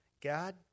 God